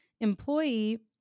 employee